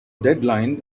deadline